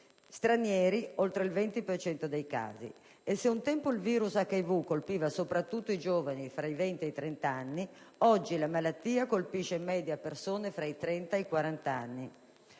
stranieri (oltre il 20 per cento dei casi). E se un tempo il *virus* HIV colpiva soprattutto i giovani tra 20 e 30 anni, oggi la malattia colpisce in media persone tra 30 e 40 anni.